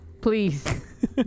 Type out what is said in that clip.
please